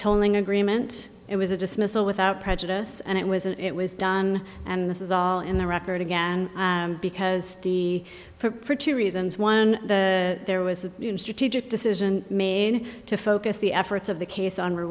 telling agreement it was a dismissal without prejudice and it was it was done and this is all in the record again because the for two reasons one there was a strategic decision made to focus the efforts of the case on